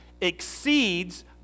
exceeds